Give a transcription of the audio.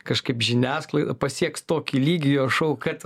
kažkaip žiniasklaida pasieks tokį lygį jo šou kad